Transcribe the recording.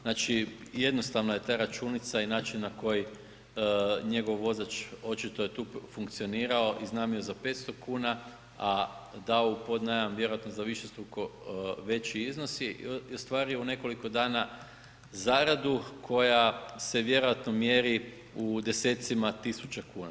Znači jednostavno je ta računica i način na koji njegov vozač, očito je, tu funkcionirao i iznajmio za 500 kuna, a dao u podnajam vjerojatno za višestruko veći iznos i ostvario u nekoliko dana zaradu koja se vjerojatno mjeri u desecima tisuća kuna.